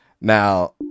Now